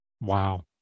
Wow